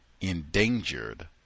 endangered